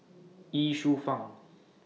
Ye Shufang